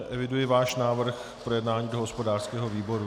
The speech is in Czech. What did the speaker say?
Eviduji váš návrh k projednání do hospodářského výboru.